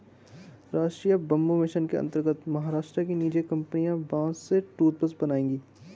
राष्ट्रीय bamboo mission के अंतर्गत महाराष्ट्र की निजी कंपनी बांस से टूथब्रश बनाएगी